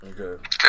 Okay